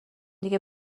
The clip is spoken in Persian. دیگه